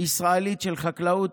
ישראלית של חקלאות,